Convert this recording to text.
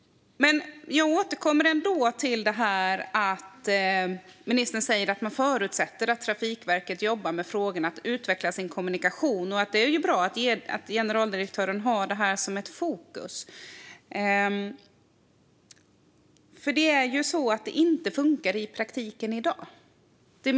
Jag återkommer ändå till att ministern sa att han förutsätter att Trafikverket jobbar med frågorna och med att utveckla sin kommunikation. Det är ju bra att generaldirektören har detta som ett fokus, för det är ju så att det inte funkar i praktiken i dag.